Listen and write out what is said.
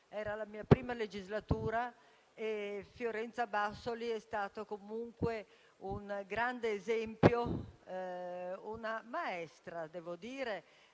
Era la mia prima legislatura e Fiorenza Bassoli è stata, comunque, un grande esempio, una maestra, proprio